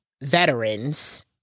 veterans